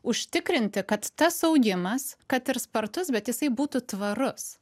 užtikrinti kad tas augimas kad ir spartus bet jisai būtų tvarus